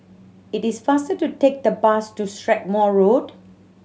it is faster to take the bus to Strathmore Road